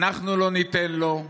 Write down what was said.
אנחנו לא ניתן לו.